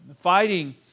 fighting